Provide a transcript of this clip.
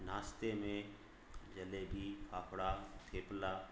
नास्ते में जलेबी फाफड़ा थेपला